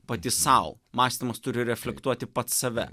pati sau mąstymas turi reflektuoti pats save